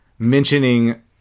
Mentioning